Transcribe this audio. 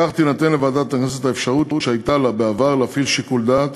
כך תינתן לוועדת הכנסת האפשרות שהייתה לה בעבר להפעיל שיקול דעת